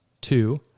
two